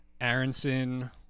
Aronson